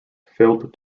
filled